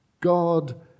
God